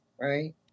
right